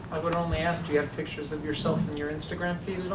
i would only ask, do you have pictures of yourself in your instagram feed